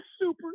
super